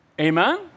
Amen